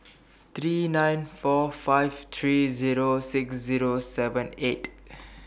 three nine four five three Zero six Zero seven eight